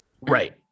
right